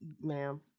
ma'am